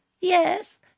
Yes